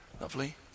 Lovely